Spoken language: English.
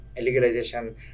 legalization